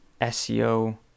SEO